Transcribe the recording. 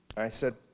i said,